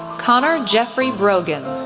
connor jeffrey brogan,